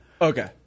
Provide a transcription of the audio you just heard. Okay